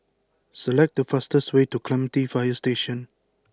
select the fastest way to Clementi Fire Station